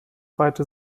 zweite